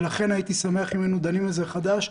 לכן הייתי שמח אם היינו דנים בזה מחדש.